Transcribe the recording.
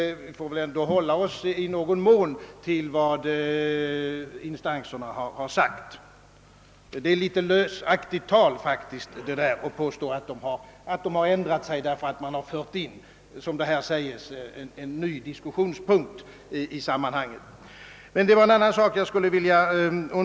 Vi får väl ändå hålla oss till vad remissinstanserna skriftligen har sagt. Det är en smula lösaktigt tal, när man påstår, att de har ändrat sig därför att, som det sägs, en ny diskussionspunkt har förts in i sammanhanget.